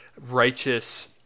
righteous